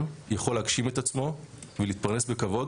יכול להגשים את עצמו ולהתפרנס בכבוד,